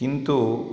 किन्तु